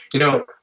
you know,